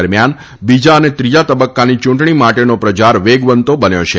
દરમિયાન બીજા અને ત્રીજા તબકકાની ચુંટણી માટેનો પ્રચાર વેગવંતો બન્યો છે